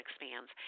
expands